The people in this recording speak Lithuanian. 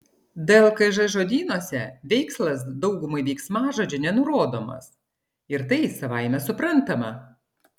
dlkž žodynuose veikslas daugumai veiksmažodžių nenurodomas ir tai savaime suprantama